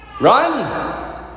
Run